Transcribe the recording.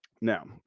Now